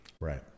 Right